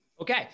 Okay